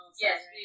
Yes